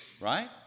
right